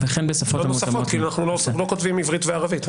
כי לא כותבים עברית וערבית.